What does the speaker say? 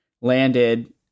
Landed